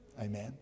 Amen